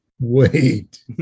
wait